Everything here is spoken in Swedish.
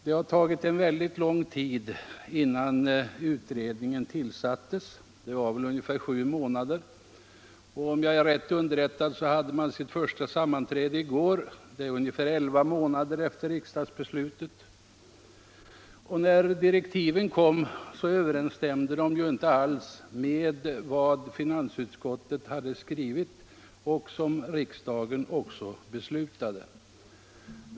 Det tog väldigt lång tid innan utredningen tillsattes — ungefär sju månader — och om jag är riktigt underrättad hade utredningen sitt första sammanträde i går, ungefär elva månader efter riksdagsbeslutet. Och när direktiven kom överensstämde de ju inte alls med vad finansutskottet hade skrivit och vad riksdagen också beslutat.